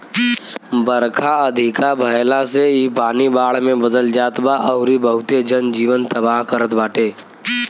बरखा अधिका भयला से इ पानी बाढ़ में बदल जात बा अउरी बहुते जन जीवन तबाह करत बाटे